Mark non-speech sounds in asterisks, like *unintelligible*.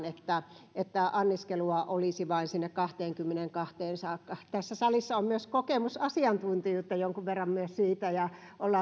*unintelligible* että että anniskelua olisi vain sinne kahteenkymmeneenkahteen saakka tässä salissa on kokemusasiantuntijuutta jonkun verran myös siitä ja ollaan